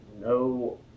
no